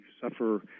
suffer